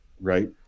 right